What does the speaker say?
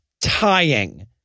tying